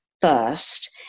first